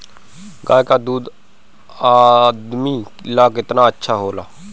गाय का दूध आदमी ला कितना अच्छा होला?